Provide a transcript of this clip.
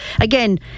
again